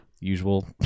Usual